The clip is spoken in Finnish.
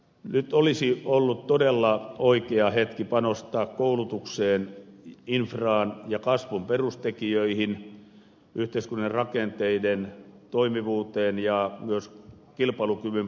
nyt olisi ollut todella oikea hetki panostaa koulutukseen infraan ja kasvun perustekijöihin yhteiskunnan rakenteiden toimivuuteen ja myös kilpailukyvyn parantamiseen